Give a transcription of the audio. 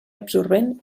absorbent